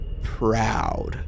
proud